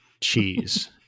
cheese